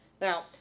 Now